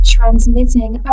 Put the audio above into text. Transmitting